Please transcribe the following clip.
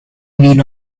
vino